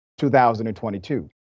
2022